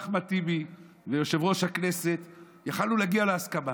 אחמד טיבי ויושב-ראש הכנסת יכולנו להגיע להסכמה?